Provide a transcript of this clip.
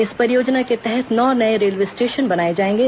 इस परियोजना के तहत नौ नये रेलवे स्टेशन बनाए जायेंगे